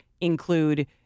include